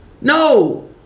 No